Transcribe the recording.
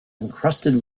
encrusted